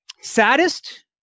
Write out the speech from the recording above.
saddest